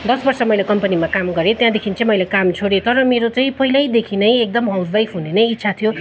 दस वर्ष मैले कम्पनीमा काम गरेँ त्यहाँदेखि चाहिँ मैले काम छोडेँ तर मेरो चाहिँ पहिल्यैदेखि नै एकदम हाउसवाइफ हुने नै इच्छा थियो